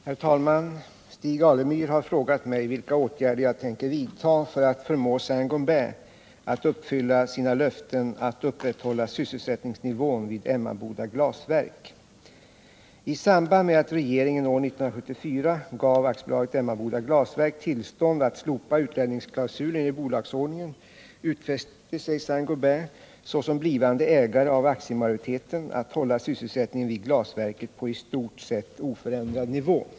Herr talman! Stig Alemyr har frågat mig vilka åtgärder jag tänker vidta för att förmå Saint Gobain att uppfylla sina löften att upprätthålla sysselsättningsnivån vid Emmaboda Glasverk. I samband med att regeringen år 1974 gav AB Emmaboda Glasverk tillstånd att slopa utlänningsklausulen i bolagsordningen utfäste sig Saint Gobain såsom blivande ägare av aktiemajoriteten att hålla sysselsättningen vid glasverket på i stort sett oförändrad nivå.